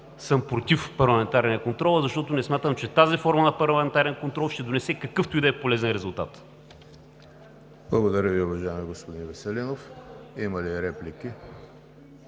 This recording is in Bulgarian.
съм против парламентарния контрол, а защото не смятам, че тази форма на парламентарен контрол ще донесе какъвто и да е полезен резултат. ПРЕДСЕДАТЕЛ ЕМИЛ ХРИСТОВ: Благодаря Ви, уважаеми господин Веселинов. Има ли реплики?